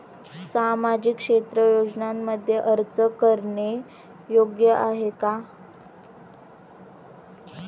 सामाजिक क्षेत्र योजनांमध्ये अर्ज करणे योग्य आहे का?